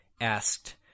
asked